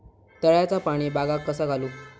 तळ्याचा पाणी बागाक कसा घालू?